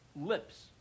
lips